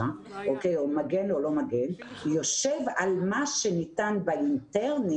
או מגן או לא מגן יושב על מה שניתן באינטרני,